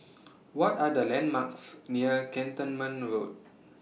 What Are The landmarks near Cantonment Road